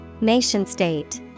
Nation-state